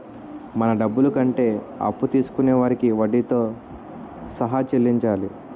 మన డబ్బులు కంటే అప్పు తీసుకొనే వారికి వడ్డీతో సహా చెల్లించాలి